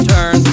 Turn